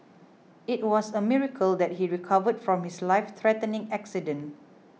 it was a miracle that he recovered from his lifethreatening accident